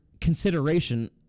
consideration